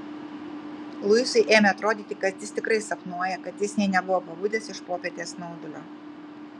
luisui ėmė atrodyti kad jis tikrai sapnuoja kad jis nė nebuvo pabudęs iš popietės snaudulio